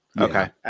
Okay